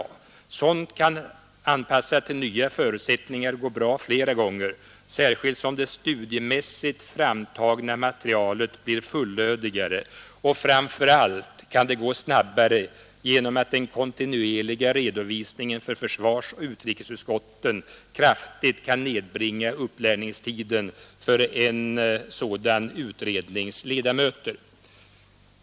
Sådant kan, anpassat till nya förutsättningar, gå bra flera gånger, särskilt som det studiemässigt framtagna materialet blir fullödigare. Framför allt kan det gå snabbare svarsoch utrikesutskotten kraftigt kan nedbringa upplärningstiden för en sådan utrednings ledamöter.